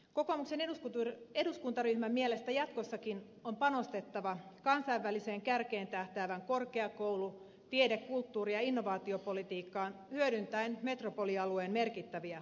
kokoomuksen eduskuntaryhmän mielestä jatkossakin on panostettava kansainväliseen kärkeen tähtäävään korkeakoulu tiede kulttuuri ja innovaatiopolitiikkaan hyödyntäen metropolialueen merkittäviä valmiuksia